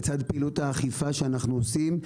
לצד פעילות האכיפה שאנחנו עושים,